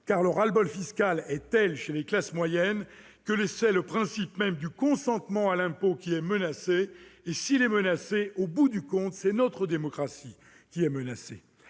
Le ras-le-bol fiscal est tel chez les classes moyennes, que c'est le principe même du consentement à l'impôt qui est menacé. S'il est menacé, c'est au bout du compte notre démocratie qui l'est aussi.